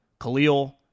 Khalil